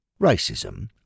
Racism